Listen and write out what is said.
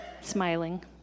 smiling